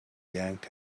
yanked